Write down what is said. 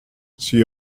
she